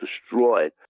destroyed